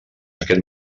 aquest